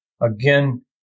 again